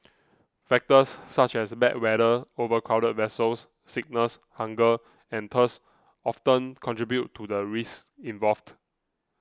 factors such as bad weather overcrowded vessels sickness hunger and thirst often contribute to the risks involved